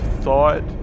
thought